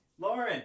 Lauren